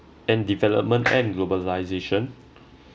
and development and globalisation